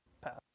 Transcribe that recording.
path